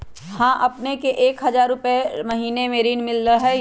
हां अपने के एक हजार रु महीने में ऋण मिलहई?